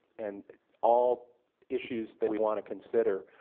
and all issues that we want to consider.